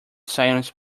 sirens